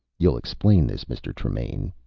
you'll explain this, mr. tremaine,